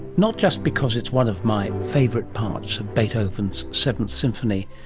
not just because it's one of my favourite parts of beethoven's seventh symphony,